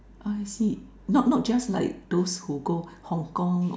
I see not not just like those who go Hong-Kong